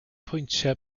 pwyntiau